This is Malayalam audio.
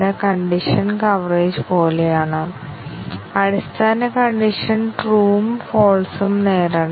അതിനാൽ കണ്ടീഷൻ കവറേജിൽ നമുക്ക് c 1 ഉം c 2 സത്യവും തെറ്റും c 2 സത്യവും തെറ്റും c 3 സത്യവും തെറ്റും ആയിരിക്കണം